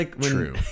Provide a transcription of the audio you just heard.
true